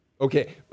Okay